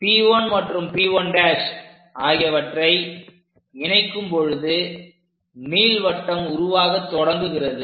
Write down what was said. P1 மற்றும் P 1' ஆகியவற்றை இணைக்கும் பொழுது நீள்வட்டம் உருவாகத் தொடங்குகிறது